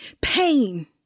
pain